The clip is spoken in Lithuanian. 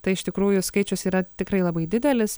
tai iš tikrųjų skaičius yra tikrai labai didelis